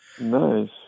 nice